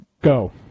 go